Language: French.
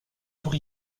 tour